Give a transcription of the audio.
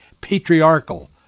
patriarchal